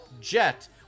Jet